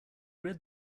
read